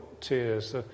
tears